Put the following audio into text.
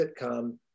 sitcom